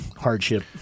hardship